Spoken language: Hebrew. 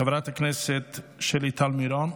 חברת הכנסת שלי טל מירון,